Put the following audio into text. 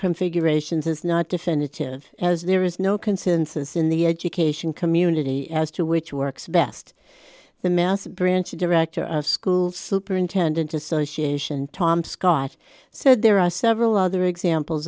configurations is not definitive as there is no consensus in the education community as to which works best the massive branch director of school superintendent association tom scott said there are several other examples